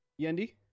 Yendi